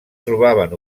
trobaven